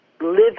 live